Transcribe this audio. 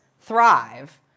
thrive